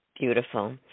Beautiful